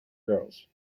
girls